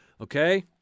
okay